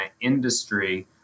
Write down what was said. industry